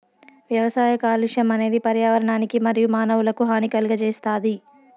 వ్యవసాయ కాలుష్యం అనేది పర్యావరణానికి మరియు మానవులకు హాని కలుగజేస్తాది